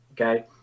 okay